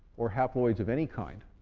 or haploids of any kind.